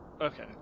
Okay